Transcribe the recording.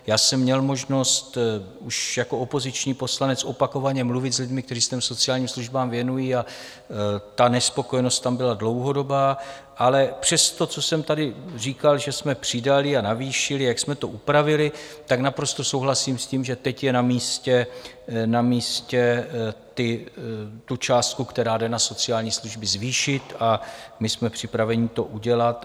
Měl jsem možnost už jako opoziční poslanec opakovaně mluvit s lidmi, kteří se sociálním službám věnují, a ta nespokojenost tam byla dlouhodobá, ale přes to, co jsem tady říkal, že jsme přidali a navýšili a jak jsme to upravili, tak naprosto souhlasím s tím, že teď je na místě tu částku, která jde na sociální služby, zvýšit, a my jsme připraveni to udělat.